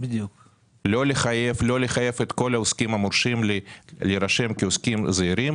ולא לחייב את כל העוסקים המורשים להירשם כעוסקים זעירים.